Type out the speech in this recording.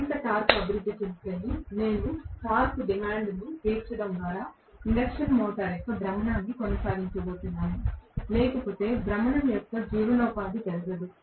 మరింత టార్క్ అభివృద్ధి చెందితేనే నేను టార్క్ డిమాండ్ను తీర్చడం ద్వారా ఇండక్షన్ మోటారు యొక్క భ్రమణాన్ని కొనసాగించబోతున్నాను లేకపోతే భ్రమణం యొక్క జీవనోపాధి జరగదు